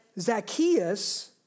Zacchaeus